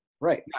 right